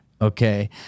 okay